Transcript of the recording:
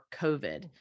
covid